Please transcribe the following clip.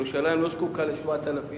ירושלים לא זקוקה ל-7,000 יחידות,